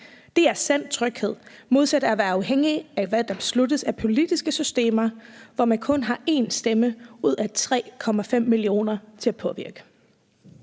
Det er sand tryghed i modsætning til at være afhængig af, hvad der besluttes af politiske systemer, hvor man kun har én stemme ud af 3,5 millioner stemmer til at påvirke